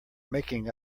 making